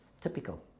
typical